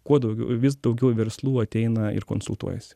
kuo daugiau ir vis daugiau verslų ateina ir konsultuojasi